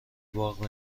باغ